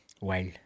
Wild